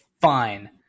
fine